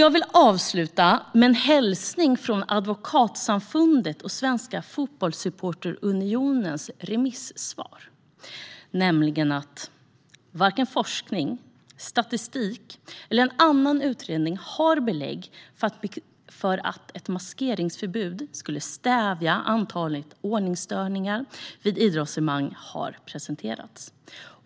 Jag vill avsluta med en hälsning från Advokatsamfundet och med Svenska Fotbollssupporterunionens remissvar, nämligen att "varken forskning, statistik eller annan utredning med belägg för att maskeringsförbud skulle stävja antalet ordningsstörningar vid idrottsevenemang har presenterats.